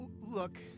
Look